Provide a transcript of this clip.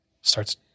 starts